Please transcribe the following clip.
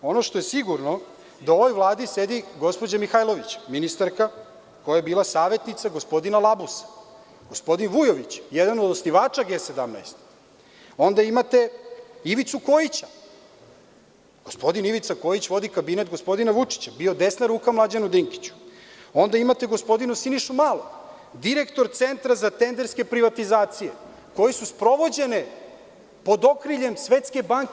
Ono što je sigurno, u ovoj Vladi sedi gospođa Mihajlović, ministarka koja je bila savetnica gospodina Labusa, gospodin Vujović, jedan od osnivača G17, onda imate Ivicu Kojića, koji vodi kabinet gospodina Vučića, a bio je desna ruka Mlađanu Dinkiću, imate gospodina Sinišu Malog, direktor Centra za tenderske privatizacije koje su sprovođene pod okriljem Svetske banke.